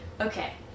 Okay